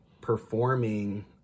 performing